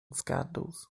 scandals